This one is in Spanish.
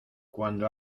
cuando